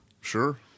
Sure